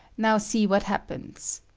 now see what happens.